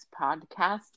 podcast